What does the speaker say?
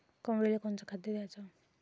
कोंबडीले कोनच खाद्य द्याच?